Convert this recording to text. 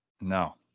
no